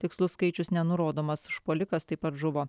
tikslus skaičius nenurodomas užpuolikas taip pat žuvo